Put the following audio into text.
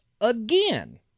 again